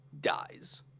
dies